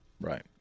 Right